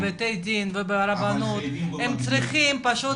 בתי דין והרבנות הם צריכים פשוט